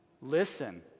Listen